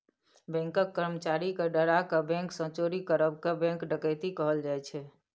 बैंकक कर्मचारी केँ डराए केँ बैंक सँ चोरी करब केँ बैंक डकैती कहल जाइ छै